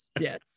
yes